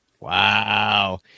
Wow